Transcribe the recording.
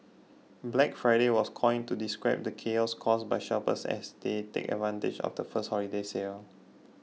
Black Friday was coined to describe the chaos caused by shoppers as they take advantage of the first holiday sale